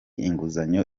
inguzanyo